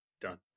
done